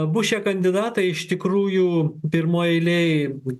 abu šie kandidatai iš tikrųjų pirmoj eilėj